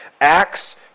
Acts